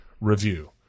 review